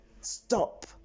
stop